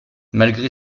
malgré